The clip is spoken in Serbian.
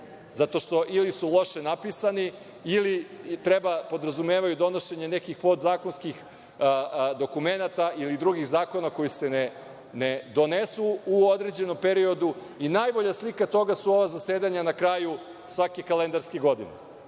zato što ili su loše napisani, ili podrazumevaju donošenje nekih podzakonskih dokumenata ili drugih zakona koji se ne donesu u određenom periodu. Najbolja slika toga su ova zasedanja na kraju svake kalendarske godine.